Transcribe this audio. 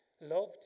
loved